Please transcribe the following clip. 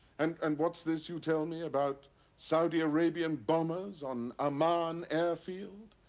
and and what's this you tell me about saudi arabian bombers on amman airfield?